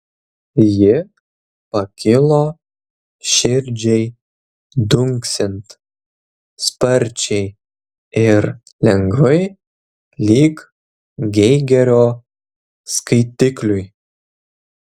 ji pakilo širdžiai dunksint sparčiai ir lengvai lyg geigerio skaitikliui